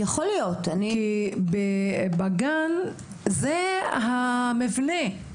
כי בגן זה המבנה.